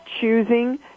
choosing